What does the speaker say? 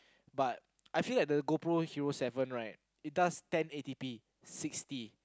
but I feel like the GoPro hero seven right it does ten A_T_P sixty